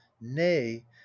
nay